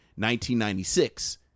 1996